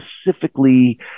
specifically